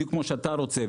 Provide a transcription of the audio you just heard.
בדיוק כמו שאתה רוצה,